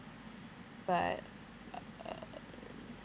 but uh